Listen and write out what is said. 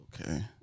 okay